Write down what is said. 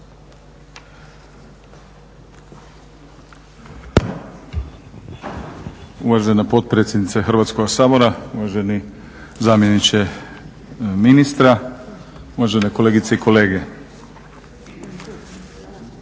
Uvažena potpredsjednice Hrvatskoga sabora, uvaženi zamjeniče ministra, uvažene kolegice i kolege.